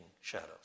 shadows